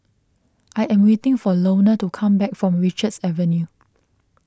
I am waiting for Launa to come back from Richards Avenue